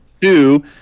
two